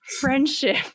friendship